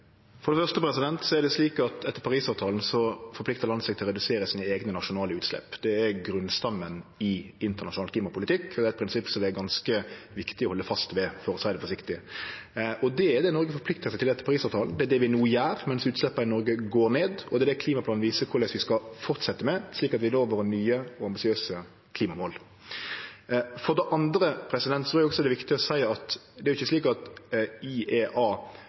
For det første er det slik at etter Parisavtalen forpliktar land seg til å redusere sine eigne nasjonale utslepp. Det er grunnstammen i internasjonal klimapolitikk, og det er eit prinsipp som er ganske viktig å halde fast ved, for å seie det forsiktig. Det er det Noreg har forplikta seg til etter Parisavtalen. Det er det vi no gjer medan utsleppa i Noreg går ned, og det er det klimaplanen viser korleis vi skal fortsetje med, slik at vi når dei nye og ambisiøse klimamåla våre. For det andre er det viktig å seie at det er ikkje slik at